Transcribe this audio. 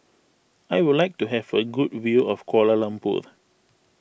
I would like to have a good view of Kuala Lumpur